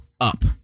up